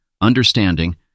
understanding